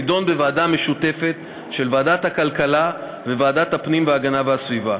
תידון בוועדה משותפת של ועדת הכלכלה וועדת הפנים והגנת הסביבה.